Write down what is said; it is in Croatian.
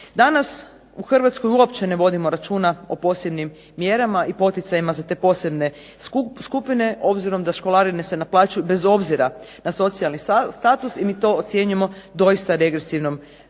Danas u Hrvatskoj uopće ne vodimo računa o posebnim mjerama i poticajima za te posebne skupine. Obzirom da školarine se naplaćuju bez obzira na socijalni status i mi to ocjenjujemo doista regresivnom mjerom.